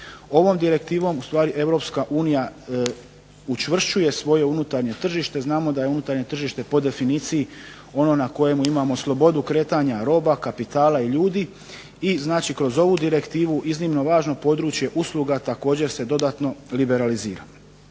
Ovom direktivom ustvari Europska unija učvršćuje svoje unutarnje tržište. Znamo da je unutarnje tržište po definiciji ono na kojemu imamo slobodu kretanja roba, kapitala i ljudi i znači kroz ovu direktivu iznimno važno područje usluga također se dodatno liberalizira.